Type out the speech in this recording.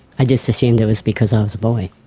i just assumed it was because i was a boy.